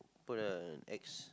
put a X